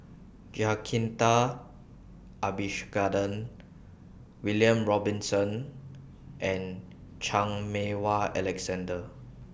Jacintha Abisheganaden William Robinson and Chan Meng Wah Alexander